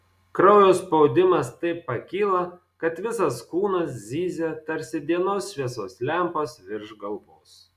kraujo spaudimas taip pakyla kad visas kūnas zyzia tarsi dienos šviesos lempos virš galvos